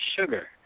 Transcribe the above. sugar